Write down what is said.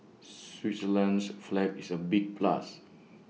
Switzerland's flag is A big plus